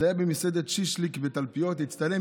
זה היה במסעדת שישליק בתלפיות, הצטלם.